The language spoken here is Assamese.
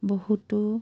বহুতো